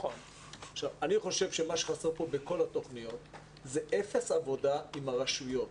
אני חושב שמה שחסר פה בכל התכניות זה אפס עבודה עם הרשויות.